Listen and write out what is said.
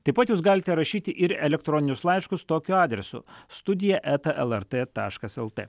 taip pat jūs galite rašyti ir elektroninius laiškus tokiu adresu studija eta lrt taškas lt